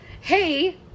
Hey